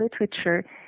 literature